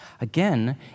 Again